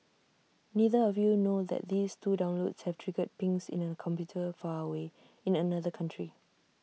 neither of you know that these two downloads have triggered pings in A computer far away in another country